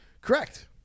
Correct